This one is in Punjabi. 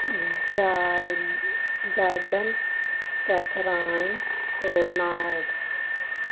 ਜਾਰ ਜਾਰਡਨ ਕੈਥਰਾਈ ਰੋਨਾਇਡ